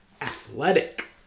Athletic